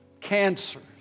cancers